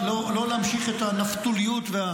בהקשר הזה אני איתך, לא להמשיך את הנפתוליות.